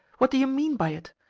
what do you mean by it?